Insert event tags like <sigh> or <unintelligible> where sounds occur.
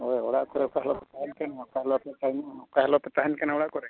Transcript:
ᱦᱳᱭ ᱚᱲᱟᱜ <unintelligible> ᱚᱠᱟ ᱦᱤᱞᱳᱜ ᱯᱮ ᱛᱟᱦᱮᱱ ᱠᱟᱱᱟ <unintelligible> ᱚᱲᱟᱜ ᱠᱚᱨᱮᱜ